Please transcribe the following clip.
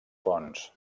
fonts